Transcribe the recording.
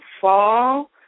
fall